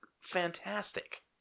fantastic